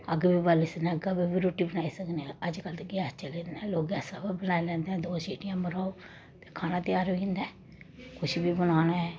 अग्ग बी बाल्ली सकने आं अग्ग उप्पर बी रोटी बनाई सकने आं अज्जकल ते गैस चले दे न लोक गैसे उप्पर बनाई लैंदे न दो सिटियां मराओ ते खाना त्यार होई जंदा ऐ कुछ बी बनाना होऐ